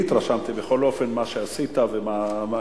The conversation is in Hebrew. אני התרשמתי, בכל אופן, ממה שעשית ומהרופאים,